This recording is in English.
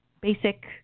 basic